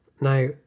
now